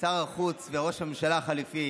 שר החוץ וראש הממשלה החליפי,